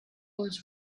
was